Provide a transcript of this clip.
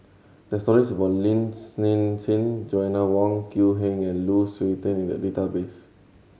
there are stories about Lin Hsin Hsin Joanna Wong Quee Heng and Lu Suitin in the database